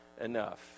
enough